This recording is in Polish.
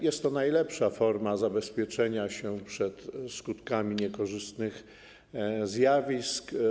Jest to najlepsza forma zabezpieczenia się przed skutkami niekorzystnych zjawisk.